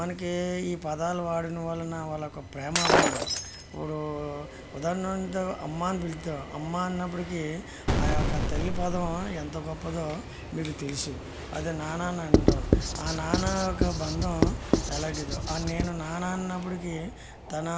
మనకి ఈ పదాలు వాడడం వల్లన వాళ్లకు ప్రేమ అభిమానాలు ఇప్పుడు ఉదాహరణకు అమ్మ అని పిలుస్తాం అమ్మ అన్నప్పటికీ ఆ యొక్క తల్లి పదం ఎంత గొప్పదో మీకు తెలుసు అది నాన్న అంటాం ఆ నాన్న యొక్క బంధం ఎలాంటిదో నేను నాన్న అన్నప్పటికీ తన